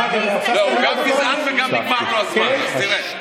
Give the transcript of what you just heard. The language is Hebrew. לא, הוא גם גזען וגם נגמר לו הזמן, אז תראה.